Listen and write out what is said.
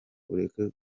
ureke